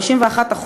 51%,